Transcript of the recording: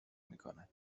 میکرد